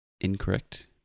Incorrect